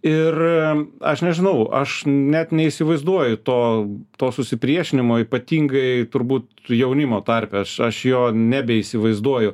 ir aš nežinau aš net neįsivaizduoju to to susipriešinimo ypatingai turbūt jaunimo tarpe aš aš jo nebeįsivaizduoju